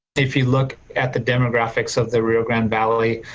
if you look at the demographics of the rio grande valley.